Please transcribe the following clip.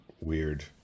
weird